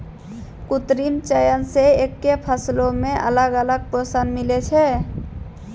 कृत्रिम चयन से एक्के फसलो मे अलग अलग पोषण मिलै छै